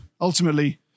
Ultimately